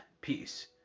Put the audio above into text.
peace